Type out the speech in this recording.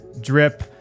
drip